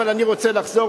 אבל אני רוצה לחזור,